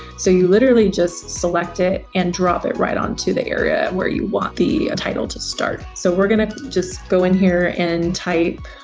so you literally just select it and drop it right onto the area where you want the title to start. so we're gonna just go in here and type,